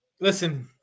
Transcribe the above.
Listen